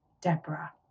Deborah